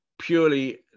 purely